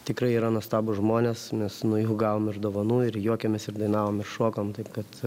tikrai yra nuostabūs žmonės mes nuo jų gavom ir dovanų ir juokėmės ir dainavom ir šokom tai kad